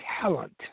talent